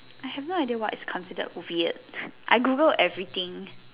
I have no idea what is considered weird I Googled everything